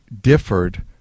differed